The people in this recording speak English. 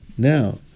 Now